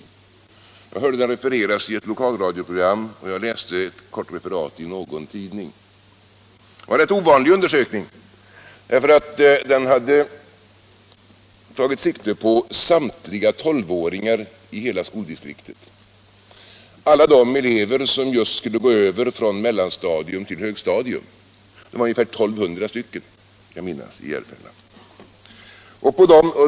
Jag hörde den refereras i ett lokalradioprogram och jag läste ett kort referat i någon tidning. Det var en rätt ovanlig undersökning därför att den hade tagit sikte på samtliga tolvåringar i hela skoldistriktet, alla de elever som just skulle gå över från mellanstadium till högstadium. Det var ungefär 1 200 barn.